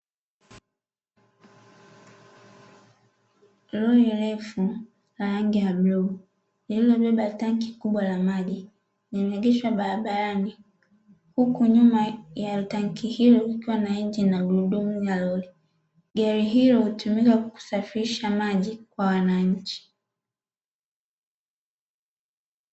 Lori refu la rangi ya bluu lililobeba tanki kubwa la maji limeegeshwa barabarani, huku nyuma ya tanki hilo likiwa na injini na gurudumu la lori, gari hilo hutumika kusafirisha maji kwa wananchi.